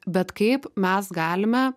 bet kaip mes galime